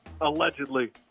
allegedly